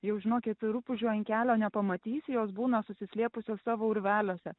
jau žinokit ir rupūžių ant kelio nepamatysi jos būna susislėpusios savo urveliuose